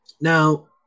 Now